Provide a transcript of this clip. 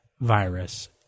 virus